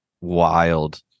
wild